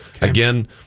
Again